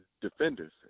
defenders